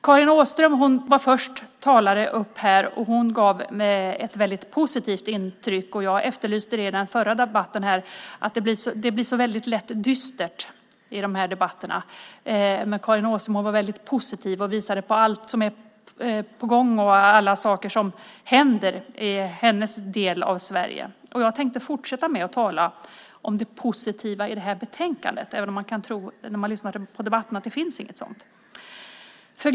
Karin Åström var som första talare uppe i den här debatten. Hon gav ett väldigt positivt intryck. I förra debatten här efterlyste jag just det. Det blir ju så lätt dystert i sådana här debatter, men Karin Åström var väldigt positiv och visade på allt som är på gång, på allt som händer i hennes del av Sverige. Jag tänker fortsätta att tala om det positiva men då i det här betänkandet, trots att man när man lyssnar på debatten kan tro att det inte finns något positivt i det.